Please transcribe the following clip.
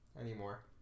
anymore